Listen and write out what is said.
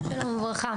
שלום וברכה.